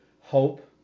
hope